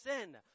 sin